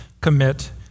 commit